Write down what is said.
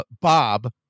Bob